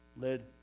led